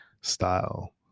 style